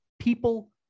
people